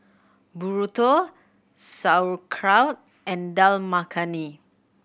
Burrito Sauerkraut and Dal Makhani